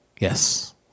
Yes